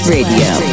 Radio